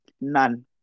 None